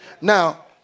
now